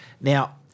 Now